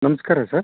ನಮಸ್ಕಾರ ಸರ್